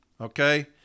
okay